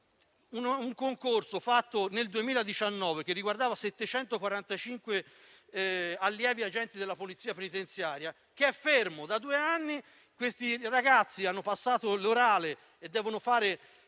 un concorso fatto nel 2019, che riguardava 745 allievi agenti della Polizia penitenziaria, che è fermo da due anni. Questi ragazzi hanno passato l'orale e devono fare